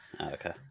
Okay